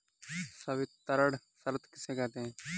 संवितरण शर्त किसे कहते हैं?